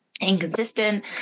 inconsistent